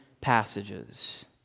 passages